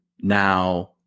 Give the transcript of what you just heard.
now